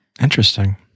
Interesting